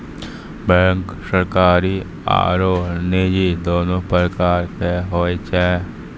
bank सरकारी आरो निजी दोनो प्रकार के होय छै